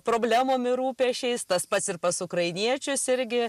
problemom ir rūpesčiais tas pats ir pas ukrainiečius irgi